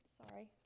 sorry